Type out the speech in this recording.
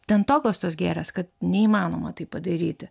ten tokios tos gėlės kad neįmanoma tai padaryti